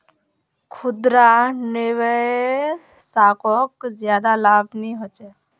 खुदरा निवेशाकोक ज्यादा लाभ नि होचे